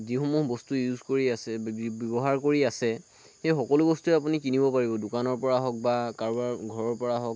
যি সমূহ বস্তু ইউজ কৰি আছে ব্যৱহাৰ কৰি আছে সেই সকলো বস্তুৱে আপুনি কিনিব পাৰিব দোকানৰ পৰা হওক বা কাৰোবাৰ ঘৰৰ পৰা হওক